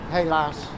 helaas